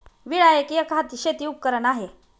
विळा एक, एकहाती शेती उपकरण आहे